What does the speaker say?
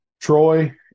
Troy